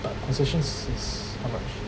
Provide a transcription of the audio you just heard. but concession is is how much